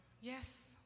yes